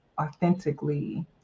authentically